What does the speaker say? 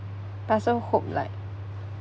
but I also hope like